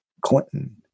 Clinton